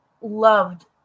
loved